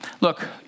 Look